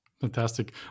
Fantastic